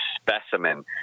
specimen